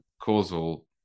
causal